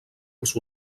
els